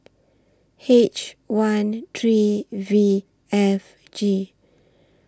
H one three V F G